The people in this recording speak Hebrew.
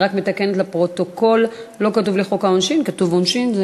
אני רק מתקנת לפרוטוקול: לא כתוב "(חוק העונשין)"; כתוב "(עונשין)",